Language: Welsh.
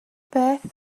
beth